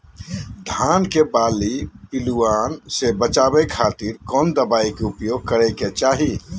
धान के बाली पिल्लूआन से बचावे खातिर कौन दवाई के उपयोग करे के चाही?